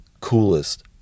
coolest